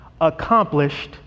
accomplished